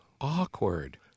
awkward